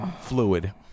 Fluid